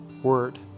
word